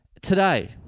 Today